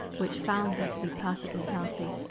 which found her to be perfectly healthy.